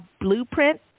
Blueprint